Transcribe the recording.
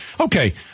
Okay